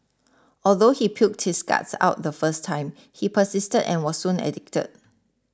although he puked his guts out the first time he persisted and was soon addicted